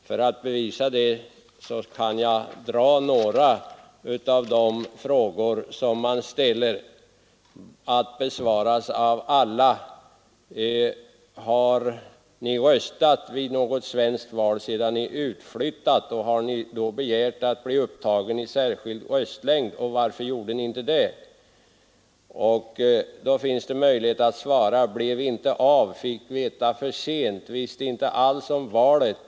För att bevisa det skall jag läsa upp några av de frågor som man ställer, att besvaras av alla: Har ni röstat vid något svenskt val sedan ni utflyttat? Har ni då begärt att bli upptagen i särskild röstlängd? Varför gjorde ni inte det? Då finns det möjlighet att svara: Blev inte av. Fick veta för sent. Visste inte alls om valet.